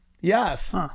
Yes